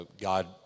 God